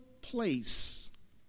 place